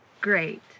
Great